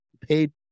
Paid